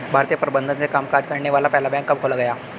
भारतीय प्रबंधन से कामकाज करने वाला पहला बैंक कब खोला गया?